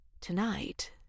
Tonight